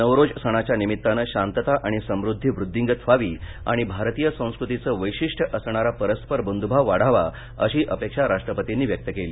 नवरोज सणाच्या निमित्ताने शांतता आणि समृद्धी वृद्धिंगत व्हावीआणि भारतीय संस्कृतीच वैशिष्टय असणारा परस्पर बंधुभाव वाढवा अशी अपेक्षा राष्ट्रपतींनी व्यक्त केली